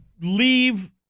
leave